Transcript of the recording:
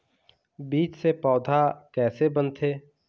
बीज से पौधा कैसे बनथे?